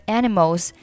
animals